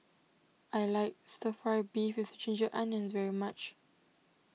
I like Stir Fry Beef with Ginger Onions very much